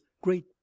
great